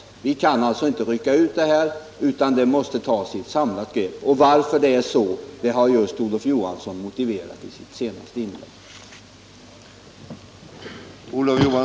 Vi kanalltså inte rycka ut det här, utan det måste tas i ett samlat grepp. Varför det är så har just Olof Johansson motiverat i sitt senaste inlägg.